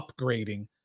upgrading